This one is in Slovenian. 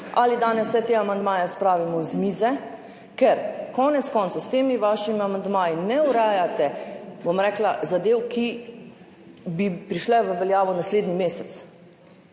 ali danes vse te amandmaje spravimo z mize. Ker konec koncev s temi svojimi amandmaji ne urejate, bom rekla, zadev, ki bi prišle v veljavo naslednji mesec,